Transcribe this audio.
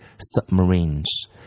submarines